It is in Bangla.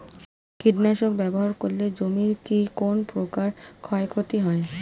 কীটনাশক ব্যাবহার করলে জমির কী কোন প্রকার ক্ষয় ক্ষতি হয়?